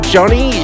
Johnny